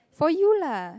for you lah